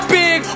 big